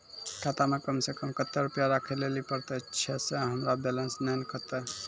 खाता मे कम सें कम कत्ते रुपैया राखै लेली परतै, छै सें हमरो बैलेंस नैन कतो?